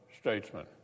statesman